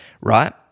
right